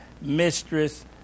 mistress